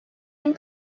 and